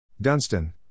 Dunstan